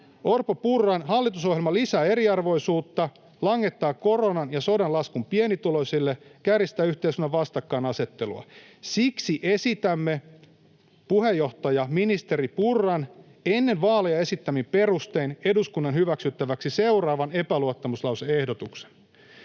Orpon—Purran hallitusohjelma lisää eriarvoisuutta, langettaa koronan ja sodan laskun pienituloisille ja kärjistää yhteiskunnan vastakkainasettelua. Siksi esitämme puheenjohtaja, ministeri Purran ennen vaaleja esittämin perustein eduskunnan hyväksyttäväksi seuraavan epäluottamuslause-ehdotuksen: